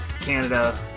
Canada